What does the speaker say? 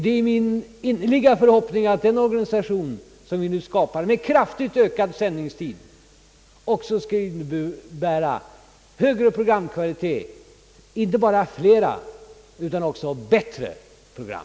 Det är min innerliga förhoppning att den organisation som vi nu skapar — med kraftigt ökad sändningstid — också skall innebära högre programkvalitet. Inte bara flera utan samtidigt bättre program!